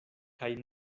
kaj